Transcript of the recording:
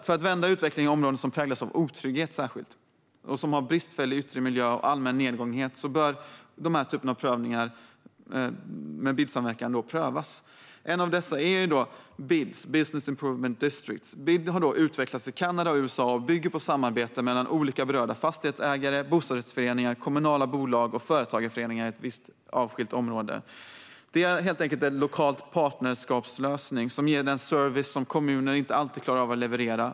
För att vända utvecklingen i områden som särskilt präglas av otrygghet, som har bristfällig yttre miljö och som är allmänt nedgångna bör olika lösningar med BID-samverkan prövas. En av dessa är BID:s, business improvement districs. BID har utvecklats i Kanada och USA och bygger på samarbete mellan berörda fastighetsägare, bostadsföreningar, kommunala bolag och företagarföreningar i ett visst avskilt område. Det handlar helt enkelt om en lokal partnerskapslösning som ger den service som kommuner inte alltid klarar av att leverera.